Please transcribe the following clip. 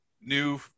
new